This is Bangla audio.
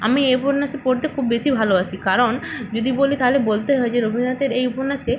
আমি এ উপন্যাসই পড়তে খুব বেশি ভালোবাসি কারণ যদি বলি তাহলে বলতে হয় যে রবীন্দ্রনাথের এই উপন্যাসে